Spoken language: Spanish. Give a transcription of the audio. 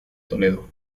toledo